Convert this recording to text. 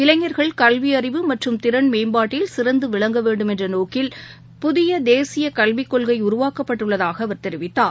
இளைஞர்கள் கல்வி அறிவு மற்றும் திறன் மேம்பாட்டில் சிறந்து விளங்க வேண்டும் என்ற நோக்கில் புதிய தேசிய கல்விக் கொள்கை உருவாக்கப்பட்டுள்ளதாக அவர் தெரிவித்தார்